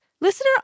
Listener